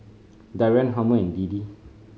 Darian Harmon and Deedee